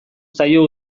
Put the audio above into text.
zaio